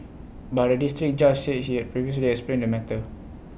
but the District Judge said he had previously explained the matter